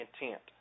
intent